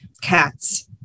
cats